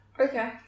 Okay